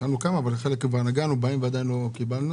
שאלנו כמה אבל חלק נגענו בהן ועדיין לא קיבלנו,